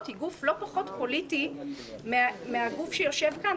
היא גוף לא פחות פוליטי מהגוף שיושב כאן,